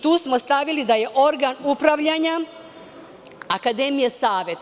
Tu smo stavili da je organ upravljanja akademije savet.